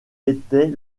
était